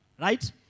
right